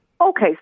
Okay